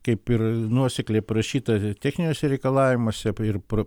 kaip ir nuosekliai parašyta ir techniniuose reikalavimuose ir pro